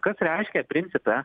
kas reiškia principe